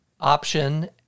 option